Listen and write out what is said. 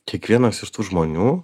kiekvienas iš tų žmonių